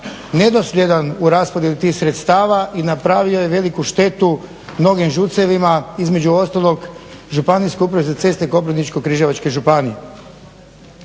nedosljedna u raspodjeli tih sredstava i napravio je veliku štetu mnogim ŽUC-evima, između ostalog Županijskoj upravi za ceste Koprivničko-križevačke županije.